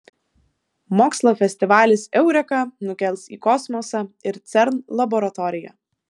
mokslo festivalis eureka nukels į kosmosą ir cern laboratoriją